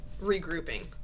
regrouping